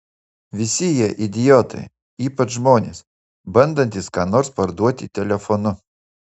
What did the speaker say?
visi jie idiotai ypač žmonės bandantys ką nors parduoti telefonu